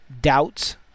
doubts